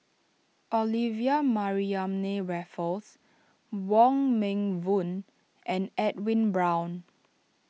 Olivia Mariamne Raffles Wong Meng Voon and Edwin Brown